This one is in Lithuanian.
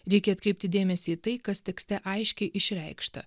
reikia atkreipti dėmesį į tai kas tekste aiškiai išreikšta